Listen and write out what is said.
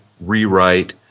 rewrite